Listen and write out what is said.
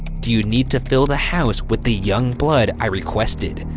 do you need to fill the house with the young blood i requested?